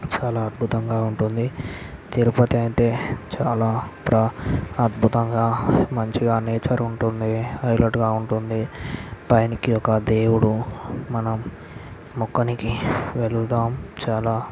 చాలా అద్భుతంగా ఉంటుంది తిరుపతి అంటే చాలా ప్ర అద్భుతంగా మంచిగా నేచర్ ఉంటుంది హైలెట్గా ఉంటుంది పైనకి ఒక దేవుడు మనం మొక్కడానికి వెళ్దాం చాలా